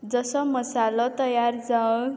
जसो मसालो तयार जावन